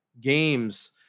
games